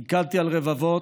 פיקדתי על רבבות,